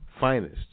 finest